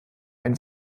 ein